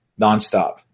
nonstop